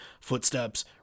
Footsteps